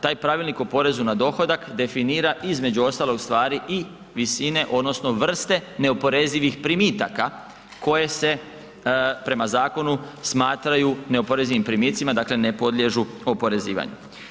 Taj Pravilnik o porezu na dohodak definira između ostalog stvari i visine odnosno vrste neoporezivih primitaka koje se prema zakonu smatraju neoporezivim primicima, dakle ne podliježu oporezivanju.